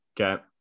Okay